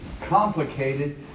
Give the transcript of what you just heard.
complicated